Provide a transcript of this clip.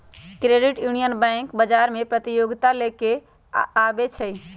credit union bank बजार में प्रतिजोगिता लेके आबै छइ